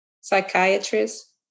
psychiatrists